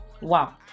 Wow